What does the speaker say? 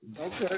okay